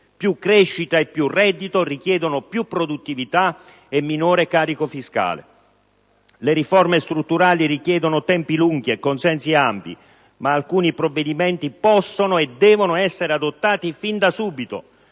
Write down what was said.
più crescita e più reddito richiedono più produttività e minore carico fiscale. Le riforme strutturali richiedono tempi lunghi e consensi ampi, ma alcuni provvedimenti possono e devono essere adottati fin da subito